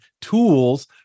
tools